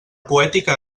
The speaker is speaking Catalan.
poètica